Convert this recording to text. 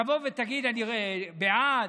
תבוא ותגיד: אני בעד,